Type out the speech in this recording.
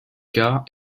cas